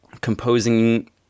composing